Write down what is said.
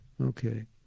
Okay